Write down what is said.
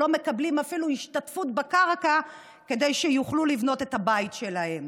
שלא מקבלים אפילו השתתפות בקרקע כדי שיוכלו לבנות את הבית שלהם.